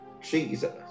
Jesus